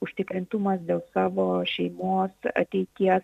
užtikrintumas dėl savo šeimos ateities